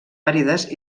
àrides